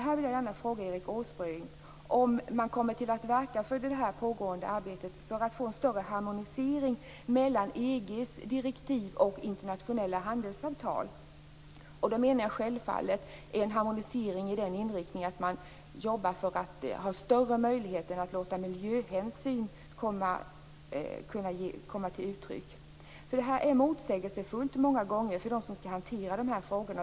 Här vill jag gärna fråga Erik Åsbrink om man kommer att verka för det här pågående arbetet för att få en större harmonisering mellan EG:s direktiv och internationella handelsavtal. Då menar jag självfallet en harmonisering med inriktningen att man jobbar för att ha större möjligheter att låta miljöhänsyn komma till uttryck. Många gånger är det här motsägelsefullt för dem som skall hantera dessa frågor.